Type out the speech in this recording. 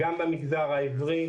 גם במגזר העברי.